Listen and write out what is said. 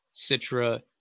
Citra